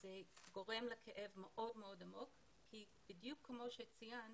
וזה גורם לכאב מאוד מאוד עמוק כי בדיוק כמו שציינת,